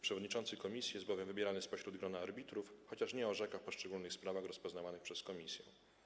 Przewodniczący komisji jest bowiem wybierany spośród grona arbitrów, chociaż nie orzeka w poszczególnych sprawach rozpoznawanych przez komisję.